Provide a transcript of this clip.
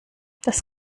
das